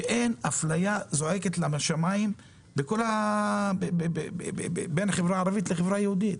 שאין בו אפליה זועקת לשמיים בין החברה הערבית לחברה היהודית.